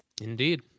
Indeed